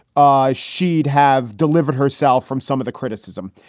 ah she'd have delivered herself from some of the criticism.